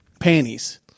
panties